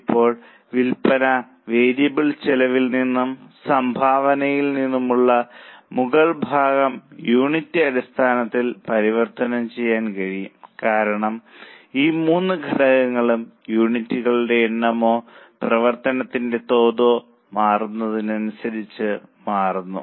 ഇപ്പോൾ വിൽപന വേരിയബിൾ ചെലവിൽ നിന്നും സംഭാവനയിൽ നിന്നുമുള്ള മുകൾ ഭാഗം യൂണിറ്റ് അടിസ്ഥാനത്തിൽ പരിവർത്തനം ചെയ്യാൻ കഴിയും കാരണം ഈ മൂന്ന് ഘടകങ്ങളും യൂണിറ്റുകളുടെ എണ്ണമോ പ്രവർത്തനത്തിന്റെ തോതോ മാറുന്നതിനനുസരിച്ച് മാറുന്നു